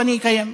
ואני אקיים,